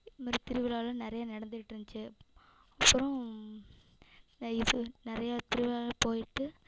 இது மாதிரி திருவிழாலாம் நிறைய நடந்துட்டுருந்துச்சி அப்பறம் இது நிறையா திருவிழா போயிட்டு